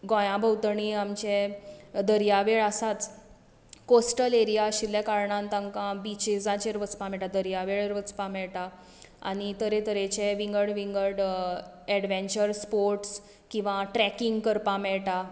गोंया भोंवतणी आमचे दर्यावेळ आसाच काॅस्टल एरिया आशिल्ले कारणान तांकां बिचीसांचेर वचपाक मेळटा दर्यावेळेर वचपाक मेळटा आनी तरेतरेचे विंगड विंगड एडवेन्चर स्पोर्ट्स किंवां ट्रेकिंग करपाक मेळटा